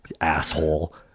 Asshole